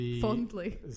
Fondly